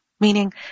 Meaning